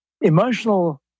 emotional